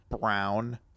brown